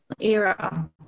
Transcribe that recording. era